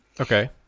Okay